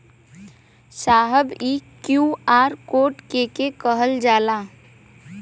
साहब इ QR code के के कहल जाला?